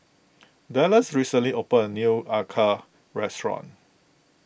Dallas recently opened a new Acar restaurant